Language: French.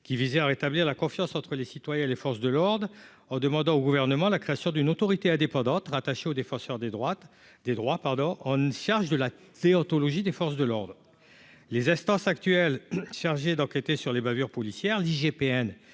qui visait à rétablir la confiance entre les citoyens et les forces de l'ordre en demandant au gouvernement la création d'une autorité indépendante, rattachée au défenseur des droites des droits, pardon, en charge de la déontologie des forces de l'ordre, les instances actuelles chargée d'enquêter sur les bavures policières, l'IGPN